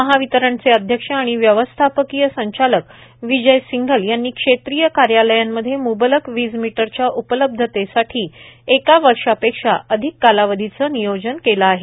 महावितरणचे अध्यक्ष व व्यवस्थापकीय संचालक विजय सिंघल यांनी क्षेत्रीय कार्यालयांमध्ये म्बलक वीजमीटरच्या उपलब्धतेसाठी एका वर्षापेक्षा अधिक कालावधीचे नियोजन केले आहे